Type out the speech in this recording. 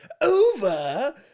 over